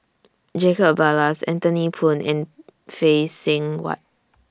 Jacob Ballas Anthony Poon and Phay Seng Whatt